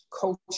culture